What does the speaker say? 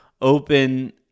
open